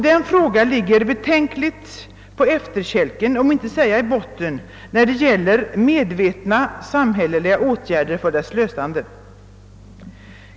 Den frågan ligger betänkligt på efterkälken för att inte säga i botten när det gäller medvetna samhälleliga åtgärder för dess lösning.